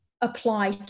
apply